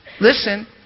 Listen